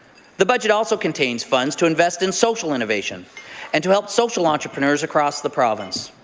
the budget also contains funds to invest in social innovation and to help social entrepreneurs across the province